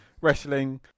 wrestling